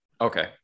Okay